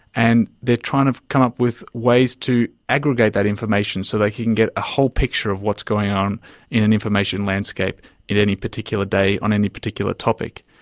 and they are trying to come up with ways to aggregate that information so they can get a whole picture of what's going on in an information landscape in any particular day on any particular topic.